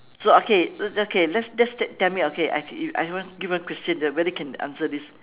so okay okay let's just tell me okay I give you one question whether you can answer this